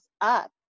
up